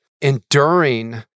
enduring